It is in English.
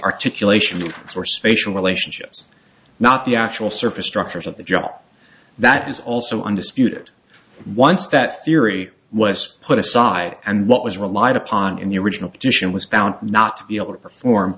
articulation and or spatial relationships not the actual surface structures of the job that is also undisputed once that theory was put aside and what was relied upon in the original position was found not to be able to perform